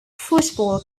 football